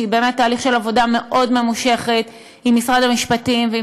שהיא באמת תהליך של עבודה מאוד ממושכת עם משרד המשפטים ועם